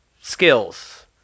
skills